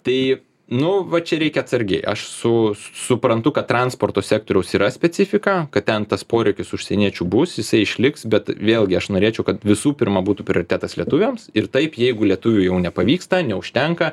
tai nu va čia reikia atsargiai aš su suprantu kad transporto sektoriaus yra specifika kad ten tas poreikis užsieniečių bus jisai išliks bet vėlgi aš norėčiau kad visų pirma būtų prioritetas lietuviams ir taip jeigu lietuvių jau nepavyksta neužtenka